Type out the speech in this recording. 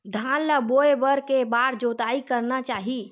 धान ल बोए बर के बार जोताई करना चाही?